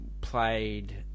played